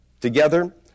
Together